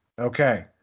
Okay